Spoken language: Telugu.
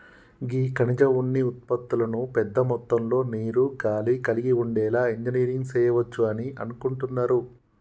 గీ ఖనిజ ఉన్ని ఉత్పతులను పెద్ద మొత్తంలో నీరు, గాలి కలిగి ఉండేలా ఇంజనీరింగ్ సెయవచ్చు అని అనుకుంటున్నారు